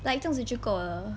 like 这样子就够了